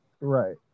Right